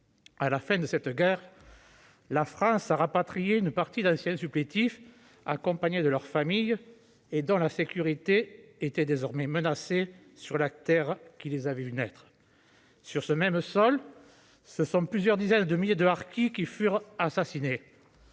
À la fin de cette guerre, la France a rapatrié une partie des anciens supplétifs, accompagnés de leurs familles, dont la sécurité était désormais menacée sur la terre qui les avait vus naître. Sur ce même sol, plusieurs dizaines de milliers de harkis furent assassinés.